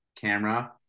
camera